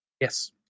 Yes